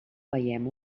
veiem